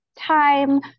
time